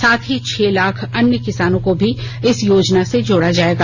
साथ ही छह लाख अन्य किसानों को भी इस योजना से जोडा जाएगा